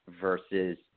versus